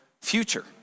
future